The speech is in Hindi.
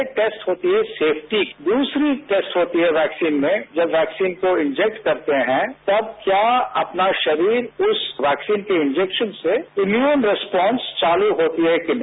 तो पहली टैस्ट होती है सेफ्टी दूसरी टैस्ट होती है वैक्सीन में जब वैक्सीन को इंजैक्ट करते हैं तब क्या अपना शरीर उस वैक्सीन के इंजैक्शन से इम्यून रैस्पॉस चालू होती है कि नहीं